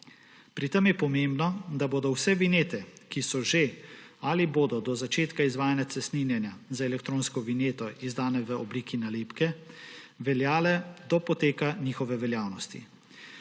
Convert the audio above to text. Pri tem je pomembno, da bodo vse vinjete, ki so že ali bodo do začetka izvajanja cestninjenja z elektronsko vinjeto izdane v obliki nalepke, veljale do poteka njihove veljavnosti.